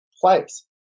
place